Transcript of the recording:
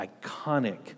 iconic